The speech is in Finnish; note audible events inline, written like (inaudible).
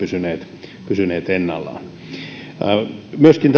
tuottajahinnat ovat pysyneet ennallaan myöskin (unintelligible)